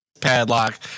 padlock